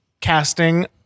casting